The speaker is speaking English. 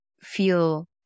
feel